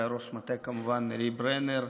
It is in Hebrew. וראש המטה כמובן נרי ברנר,